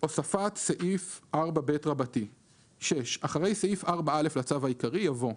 "הוספת סעיף 4ב 6. אחרי סעיף 4א לצו העיקרי יבוא: